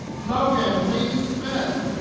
logan lee smith